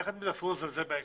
אבל יחד עם זאת אסור לזלזל בזה.